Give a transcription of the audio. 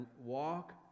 walk